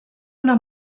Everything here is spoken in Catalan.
una